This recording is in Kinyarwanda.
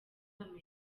amerika